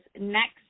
next